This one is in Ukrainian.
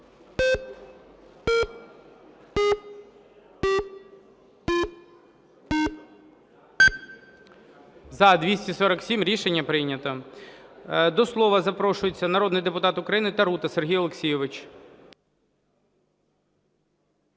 За-247 Рішення прийнято. До слова запрошується народний депутат України Тарута Сергій Олексійович.